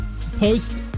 post